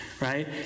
right